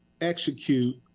execute